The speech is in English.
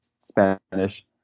Spanish